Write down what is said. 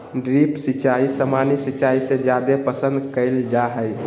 drip सिंचाई सामान्य सिंचाई से जादे पसंद कईल जा हई